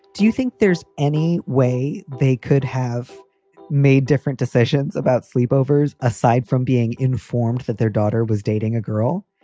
do you think there's any way they could have made different decisions about sleepovers aside from being informed that their daughter was dating a girl?